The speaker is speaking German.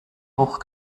hoch